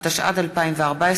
התשע"ד 2014,